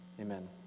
Amen